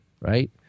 right